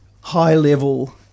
high-level